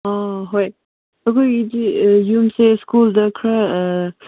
ꯑꯥ ꯍꯣꯏ ꯅꯈꯣꯏꯒꯤꯗꯤ ꯌꯨꯝꯁꯦ ꯁ꯭ꯀꯨꯜꯗ ꯈꯔ